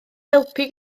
helpu